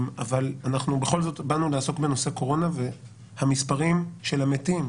אבל אנחנו בכל זאת באנו לעסוק בנושא קורונה והמספרים של המתים,